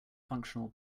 functional